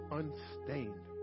unstained